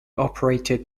operated